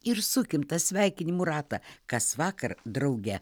ir sukim tą sveikinimų ratą kasvakar drauge